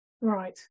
Right